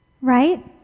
Right